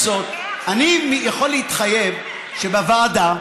עם זאת, אני יכול להתחייב שבוועדה,